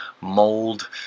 mold